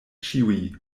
ĉiuj